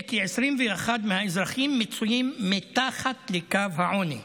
כי 21% מהאזרחים מצויים מתחת לקו העוני,